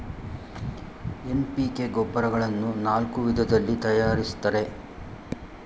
NPK ಗೊಬ್ಬರಗಳನ್ನು ನಾಲ್ಕು ವಿಧದಲ್ಲಿ ತರಯಾರಿಸ್ತರೆ